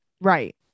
right